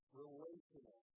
relational